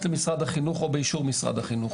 למשרד החינוך או באישור משרד החינוך,